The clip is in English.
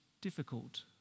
difficult